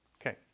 Okay